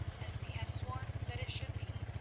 as we have sworn that it should be,